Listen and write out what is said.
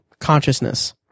consciousness